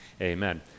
Amen